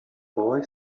boy